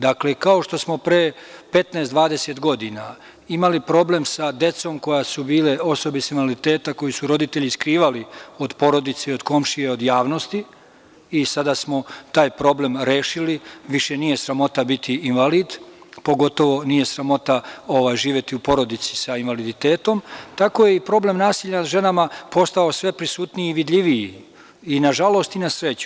Dakle, kao što smo pre 15, 20 godina imali problem sa decom koja su bila osobe sa invaliditetom, koju su roditelji skrivali od porodice, od komšija i javnosti, i sada smo taj problem rešili, više nije sramota biti invalid, pogotovo nije sramota živeti u porodici sa invaliditetom, tako je i problem nasilja nad ženama postao sve prisutniji i vidljiviji, i na žalost i na sreću.